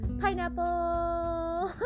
pineapple